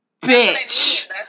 bitch